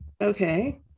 okay